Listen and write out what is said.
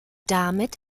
damit